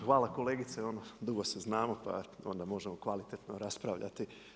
Hvala kolegice, ono dugo se znamo, pa onda možemo kvalitetno raspravljati.